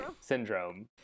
Syndrome